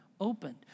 opened